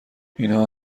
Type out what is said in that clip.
اینها